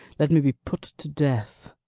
let me be put to death